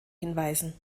hinweisen